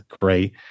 great